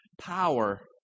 power